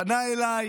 פנה אליי